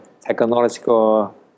technological